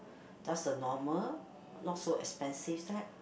just a normal not so expensive fact